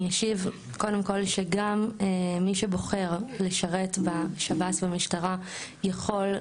גם מי שבוחר לשרת בשב"ס ובמשטרה יכול,